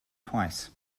twice